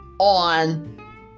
on